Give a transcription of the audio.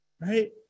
right